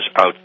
out